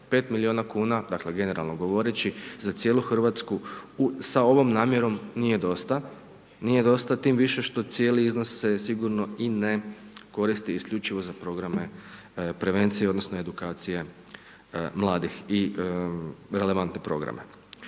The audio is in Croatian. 5 milijuna kuna, dakle, generalno govoreći za cijelu Hrvatsku sa ovom namjerom nije dosta. Nije dosta tim više što cijeli iznos se sigurno i ne koristi isključivo za programe prevencije, odnosno, edukacije mladih i relevantni program.